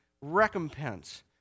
recompense